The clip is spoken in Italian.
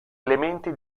elementi